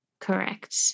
Correct